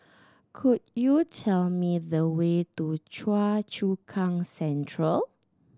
could you tell me the way to Choa Chu Kang Central